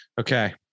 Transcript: Okay